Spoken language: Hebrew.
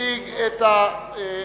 התש"ע 2010,